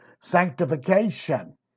sanctification